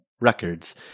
records